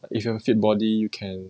if you have fit body you can